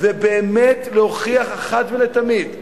ובאמת להוכיח אחת ולתמיד ליצרנים,